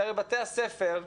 שהרי בתי הספר,